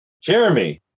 Jeremy